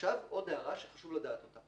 הערה נוספת שחשוב לדעת,